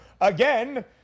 Again